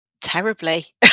Terribly